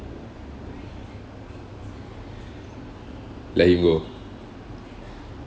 let him go